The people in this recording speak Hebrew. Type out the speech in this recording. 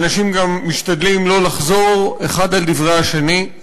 ואנשים גם משתדלים לא לחזור אחד על דברי השני.